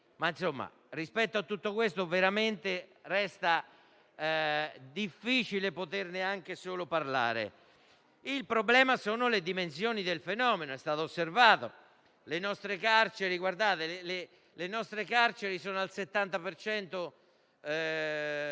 rispetto a tutto questo, resta veramente difficile poterne anche solo parlare. Il problema sono le dimensioni del fenomeno, com'è stato osservato. Le nostre carceri sono per